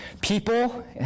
people